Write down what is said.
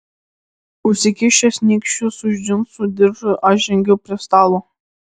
užsikišęs nykščius už džinsų diržo aš žengiau prie stalo